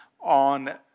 on